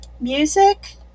music